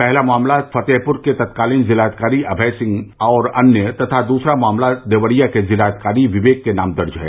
पहला मामला फतेहपुर के तत्कालीन जिलाधिकारी अभय सिंह और अन्य तथा दूसरा मामला देवरिया के जिलाधिकारी विवेक के नाम दर्ज है